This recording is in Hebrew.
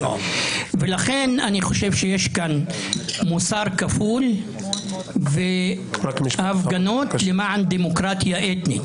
ולכן אני חושב שיש כאן מוסר כפול והפגנות למען דמוקרטיה אתנית.